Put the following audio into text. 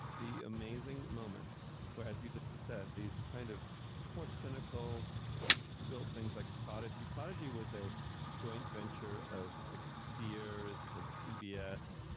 the amazing moment where, as you just said, these kind of more cynical built things like prodigy, prodigy was a joint venture of sears and cbs,